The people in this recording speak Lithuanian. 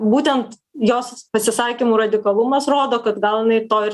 būtent jos pasisakymų radikalumas rodo kad gal jinai to ir